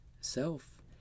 self